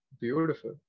beautiful